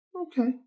Okay